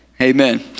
Amen